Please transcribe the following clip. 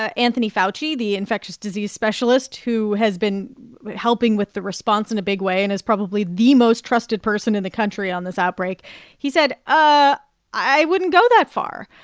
ah anthony fauci, the infectious disease specialist who has been helping with the response in a big way and is probably the most trusted person in the country on this outbreak he said, ah i wouldn't go that far.